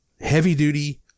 heavy-duty